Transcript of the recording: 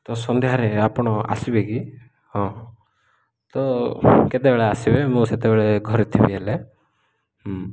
ତ ସନ୍ଧ୍ୟାରେ ଆପଣ ଆସିବେ କି ହଁ ତ କେତେବେଳେ ଆସିବେ ମୁଁ ସେତେବେଳେ ଘରେ ଥିବି ହେଲେ